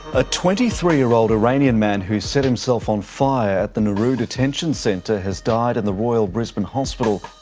a twenty three year old iranian man who set himself on fire at the nauru detention centre has died in the royal brisbane hospital.